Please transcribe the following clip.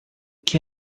que